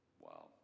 Wow